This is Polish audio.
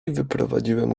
wyprowadziłem